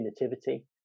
nativity